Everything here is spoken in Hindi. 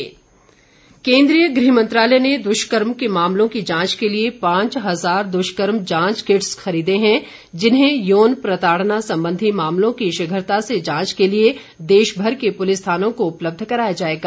जांच किट केन्द्रीय गृह मंत्रालय ने दुष्कर्म के मामलों की जांच के लिए पांच हज़ार दुष्कर्म जांच किट्स खरीदे हैं जिन्हें यौन प्रताड़ना संबंधी मामलों की शीघ्रता से जांच के लिए देश भर के पुलिस थानों को उपलब्ध कराया जाएगा